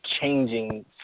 changing